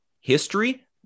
history